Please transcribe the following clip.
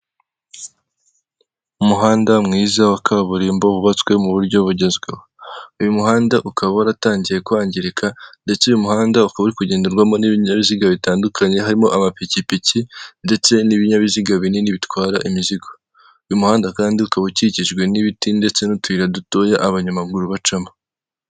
Umuhanda nyabagendwa, bigaragara ko harimo imoto n'umumotari uyitwaye, kandi kumpande zaho hakaba harimo inzu zisaza neza cyane zifite amarange y'umweru, kandi imbere yazo hakaba hagiye hari indabo nziza cyane.